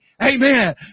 Amen